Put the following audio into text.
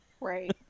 right